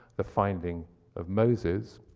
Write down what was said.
the finding of moses.